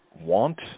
want